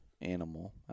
animal